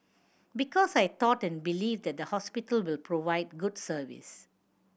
because I thought and believe that the hospital will provide good service